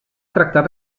tractar